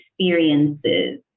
experiences